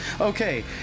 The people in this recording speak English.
Okay